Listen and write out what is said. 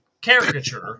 caricature